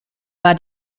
war